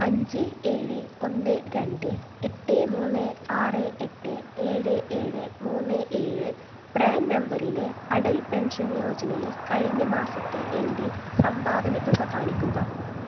അഞ്ച് ഏഴ് ഒന്ന് രണ്ട് എട്ട് മൂന്ന് ആറ് എട്ട് ഏഴ് ഏഴ് മൂന്ന് ഏഴ് പ്രാൻ നമ്പറിലെ അടൽ പെൻഷൻ യോജനയിൽ കഴിഞ്ഞ മാസത്തെ എൻ്റെ സംഭാവന തുക കാണിക്കുക